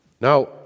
Now